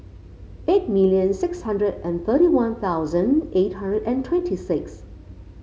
eight million six hundred and thirty One Thousand eight hundred and twenty six